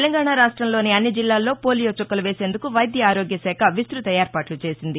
తెలంగాణా రాష్టంలోని అన్ని జిల్లాలలో పోలియో చుక్కలు వేసేందుకు వైద్య ఆరోగ్య శాఖ విస్తృత ఏర్పాట్లు చేసింది